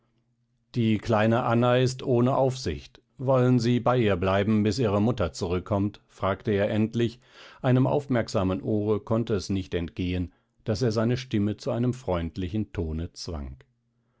die kleine anna ist ohne aufsicht wollen sie bei ihr bleiben bis ihre mutter zurückkommt fragte er endlich einem aufmerksamen ohre konnte es nicht entgehen daß er seine stimme zu einem freundlichen tone zwang